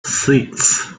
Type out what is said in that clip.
six